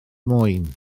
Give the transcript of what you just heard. mwyn